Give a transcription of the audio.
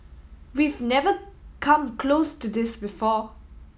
we've never come close to this before